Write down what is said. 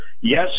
Yes